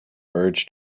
urge